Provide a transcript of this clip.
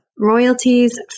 royalties